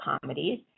comedies